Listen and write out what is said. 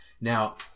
Now